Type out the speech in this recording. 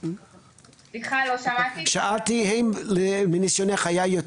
כלל זה כמויות